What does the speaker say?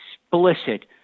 explicit